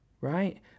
right